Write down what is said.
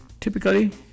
Typically